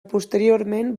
posteriorment